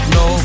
no